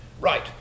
right